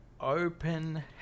Open